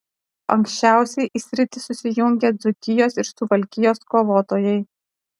anksčiausiai į sritį susijungė dzūkijos ir suvalkijos kovotojai